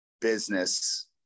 business